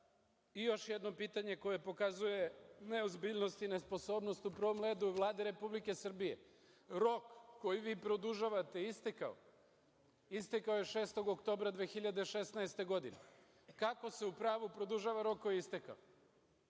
još jedno pitanje koje pokazuje neozbiljnost i nesposobnost u prvom redu Vlade Republike Srbije. Rok koji vi produžavate je istekao. Istekao je 6. oktobra 2016. godine. Kako se u pravu produžava rok koji je istekao? Vi